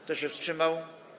Kto się wstrzymał?